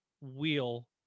wheel